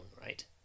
Right